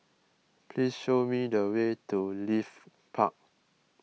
please show me the way to Leith Park